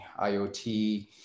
IOT